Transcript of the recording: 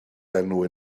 enw